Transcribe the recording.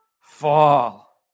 fall